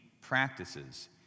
practices